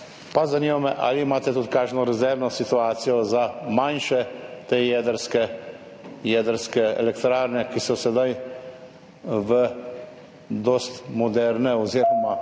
referendum? Ali imate tudi kakšno rezervno situacijo za manjše jedrske elektrarne, ki so sedaj dosti moderne oziroma